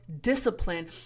discipline